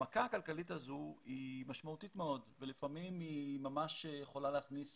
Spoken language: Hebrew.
המכה הכלכלית הזו היא משמעותית מאוד ולפעמים היא ממש יכולה להכניס